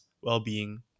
well-being